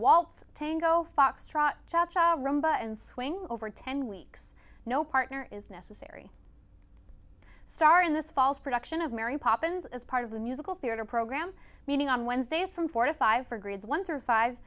waltz tango foxtrot and swing over ten weeks no partner is necessary star in this fall's production of mary poppins as part of the musical theater program meaning on wednesdays from four to five for grades one through five